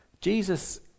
Jesus